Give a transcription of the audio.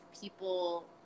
people